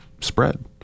spread